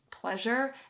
pleasure